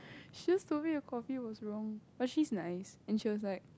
she just told me a coffee was wrong but she's nice and she was like